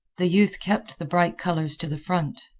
the youth kept the bright colors to the front.